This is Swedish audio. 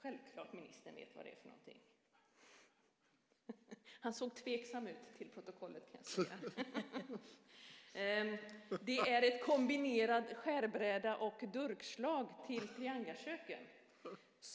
självklart ministern vet vad det är! Jag kan få fört till protokollet att han ser tveksam ut. Det är en kombinerad skärbräda och durkslag till triangaköket.